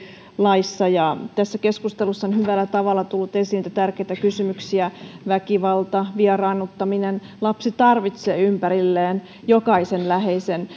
laissa tässä keskustelussa on hyvällä tavalla tullut esiin niitä tärkeitä kysymyksiä väkivalta vieraannuttaminen lapsi tarvitsee ympärilleen jokaisen läheisen